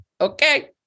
Okay